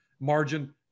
Margin